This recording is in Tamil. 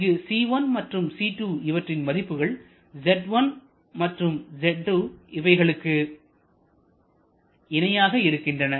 இங்கு c1 மற்றும் c2 இவற்றின் மதிப்புகள் Z1 மற்றும் Z2 இவைகளுக்கு இணையாக இருக்கின்றன